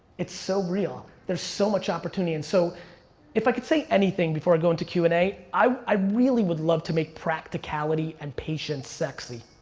it's so real, there's so much opportunity, and so if i could say anything before i go into q and a, i really would love to make practicality and patience sexy.